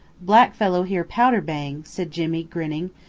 black fellow hear powder bang, said jimmy, grinning.